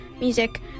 music